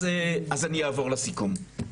אז אני אעבור לסיכום.